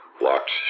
locked